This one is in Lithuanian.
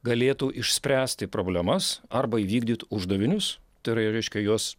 galėtų išspręsti problemas arba įvykdyt uždavinius tai yra ir reiškia juos